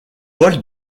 paul